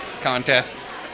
contests